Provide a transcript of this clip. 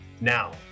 now